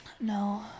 No